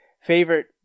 favorite